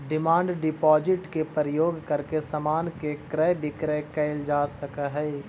demand deposit के प्रयोग करके समान के क्रय विक्रय कैल जा सकऽ हई